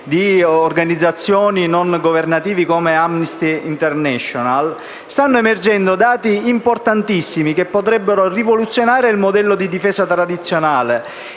di organizzazioni non governative, come Amnesty International, sono emersi dati importantissimi che potrebbero rivoluzionare il modello di difesa tradizionale,